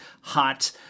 hot